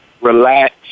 relax